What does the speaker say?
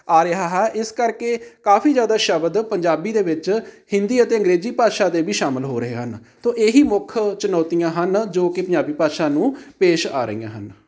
ਆ ਰਿਹਾ ਹੈ ਇਸ ਕਰਕੇ ਕਾਫੀ ਜ਼ਿਆਦਾ ਸ਼ਬਦ ਪੰਜਾਬੀ ਦੇ ਵਿੱਚ ਹਿੰਦੀ ਅਤੇ ਅੰਗਰੇਜ਼ੀ ਭਾਸ਼ਾ ਦੇ ਵੀ ਸ਼ਾਮਿਲ ਹੋ ਰਹੇ ਹਨ ਤਾਂ ਇਹੀ ਮੁੱਖ ਚੁਣੌਤੀਆਂ ਹਨ ਜੋ ਕਿ ਪੰਜਾਬੀ ਭਾਸ਼ਾ ਨੂੰ ਪੇਸ਼ ਆ ਰਹੀਆਂ ਹਨ